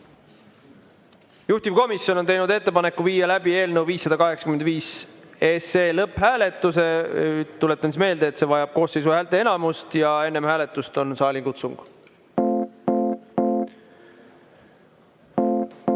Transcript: Juhtivkomisjon on teinud ettepaneku viia läbi eelnõu 585 lõpphääletus. Tuletan meelde, et see vajab koosseisu häälteenamust. Ja enne hääletust on saalikutsung. Austatud